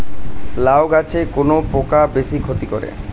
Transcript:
লাউ গাছে কোন পোকা বেশি ক্ষতি করে?